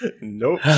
Nope